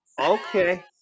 okay